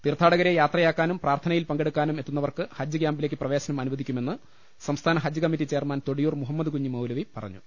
തീർത്ഥാടകരെ യാത്രയാക്കാനും പ്രാർത്ഥനയിൽ പങ്കെടു ക്കാനും എത്തുന്നവർക്ക് ഹജ്ജ് കൃാംപിലേക്ക് പ്രവേശനം അനു വദിക്കുമെന്ന് സംസ്ഥാന ഹജ്ജ് കമ്മിറ്റി ചെയർമാൻ തൊടിയൂർ മുഹമ്മദ് കുഞ്ഞി മൌലവി പറഞ്ഞു